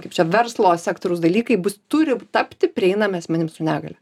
kaip čia verslo sektoriaus dalykai bus turi tapti prieinami asmenims su negalia